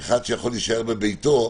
אחד שיכול להישאר בביתו,